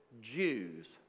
Jews